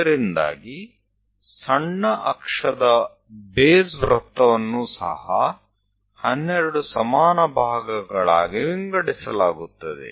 ಇದರಿಂದಾಗಿ ಸಣ್ಣ ಅಕ್ಷದ ಬೇಸ್ ವೃತ್ತವನ್ನೂ ಸಹ 12 ಸಮಾನ ಭಾಗಗಳಾಗಿ ವಿಂಗಡಿಸಲಾಗುತ್ತದೆ